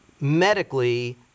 medically